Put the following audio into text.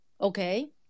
Okay